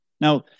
Now